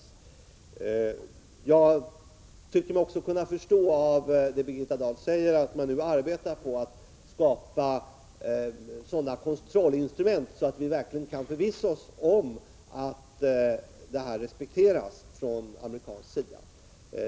ning Jag tycker mig också av det Birgitta Dahl säger kunna förstå att man nu arbetar på att skapa sådana kontrollinstrument att vi verkligen kan förvissa oss om att detta respekteras från amerikansk sida.